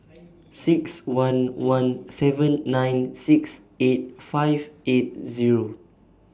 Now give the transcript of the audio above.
six one one seven nine six eight five eight Zero